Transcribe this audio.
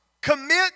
Commit